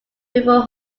before